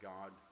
God